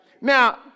Now